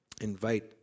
Invite